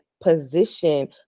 position